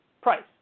price